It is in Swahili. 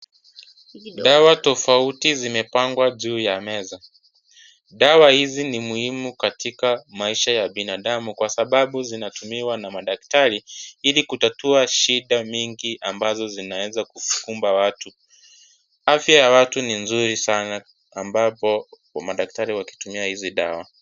Dawa tofauti zimepangwa juu yw meza, dawa hizi ni muhimu katika maisha ya binadamu Kwa sababu zinatumiwa na madaktari ili kutatua shida mingi ambazo zinaeza. Afya ya watu ni nzuri sana ambapo madaktari wakitumia hizi dawa.